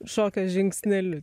šokio žingsneliu